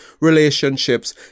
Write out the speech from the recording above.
relationships